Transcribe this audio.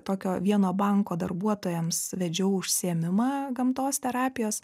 tokio vieno banko darbuotojams vedžiau užsiėmimą gamtos terapijos